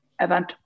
event